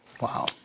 Wow